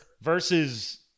versus